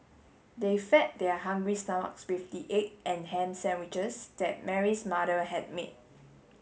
they fed their hungry stomachs with the egg and ham sandwiches that Mary's mother had made